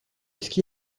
ski